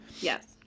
Yes